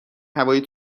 هوای